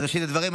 בראשית הדברים,